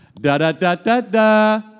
Da-da-da-da-da